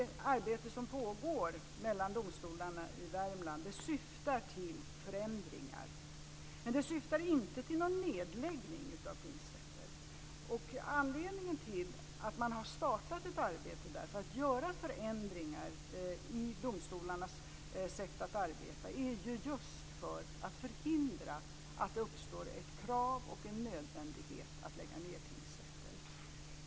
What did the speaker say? Det arbete som pågår mellan domstolarna i Värmland syftar till förändringar men inte till någon nedläggning av tingsrätter. Anledningen till att man har startat ett arbete för att göra förändringar i domstolarnas sätt att arbeta är just att förhindra att det uppstår ett krav på och en nödvändighet att lägga ned tingsrätter.